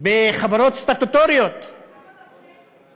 בחברות סטטוטוריות, כמה בכנסת?